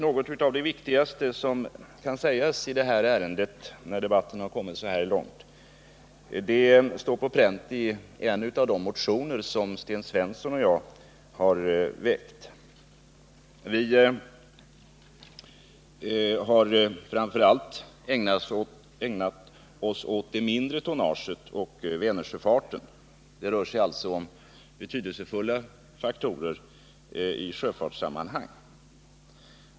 Något av det viktigaste som kan sägas i detta ärende, när debatten har kommit så här långt, står på pränt i en av de motioner som Sten Svensson och jag har väckt. Vi har framför allt ägnat oss åt det mindre tonnaget och Vänersjöfarten. Det rör sig alltså om betydelsefulla faktorer i sjöfartssammanhang.